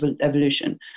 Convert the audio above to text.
evolution